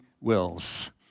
wills